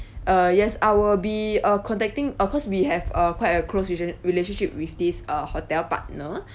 uh yes I will be uh contacting of course we have a quite a close relation~ relationship with these uh hotel partner